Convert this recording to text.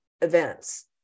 events